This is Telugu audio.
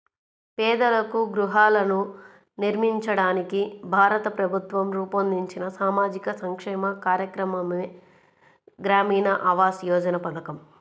పేదలకు గృహాలను నిర్మించడానికి భారత ప్రభుత్వం రూపొందించిన సామాజిక సంక్షేమ కార్యక్రమమే గ్రామీణ ఆవాస్ యోజన పథకం